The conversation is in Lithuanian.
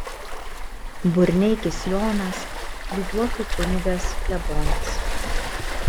burneikis jonas lyduokių kunigas klebonas